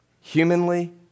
Humanly